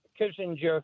Kissinger